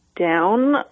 down